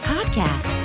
Podcast